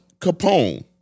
Capone